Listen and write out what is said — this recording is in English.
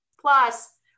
plus